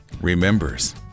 Remembers